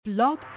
Blog